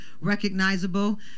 recognizable